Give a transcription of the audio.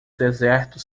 deserto